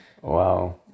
Wow